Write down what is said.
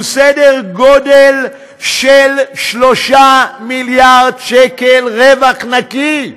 הוא סדר גודל של 3 מיליארד שקל רווח נקי,